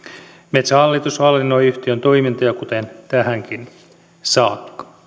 metsähallitus hallinnoi yhtiön toimintoja kuten tähänkin saakka